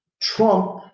Trump